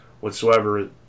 whatsoever